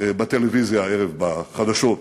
בטלוויזיה הערב, בחדשות.